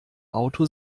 auto